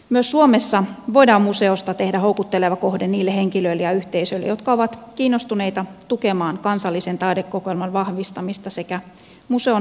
myös suomessa voidaan museosta tehdä houkutteleva kohde niille henkilöille ja yhteisöille jotka ovat kiinnostuneita tukemaan kansallisen taidekokoelman vahvistamista sekä museon monipuolista näyttelytoimintaa